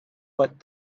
but